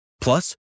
Plus